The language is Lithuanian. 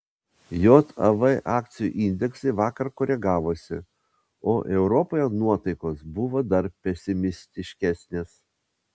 jav akcijų indeksai vakar koregavosi o europoje nuotaikos buvo dar pesimistiškesnės